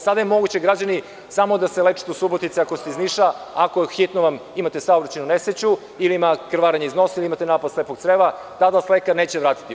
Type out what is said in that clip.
Sada je samo moguće, građani, da se lečite u Subotici ako ste iz Niša, ako je hitno, imate saobraćajnu nesreću ili imate krvarenje iz nosa ili imate napad slepog creva, tad vas lekar neće vratiti.